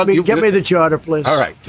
ah you give me the charter plane. all right.